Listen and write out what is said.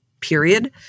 Period